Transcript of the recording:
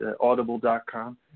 audible.com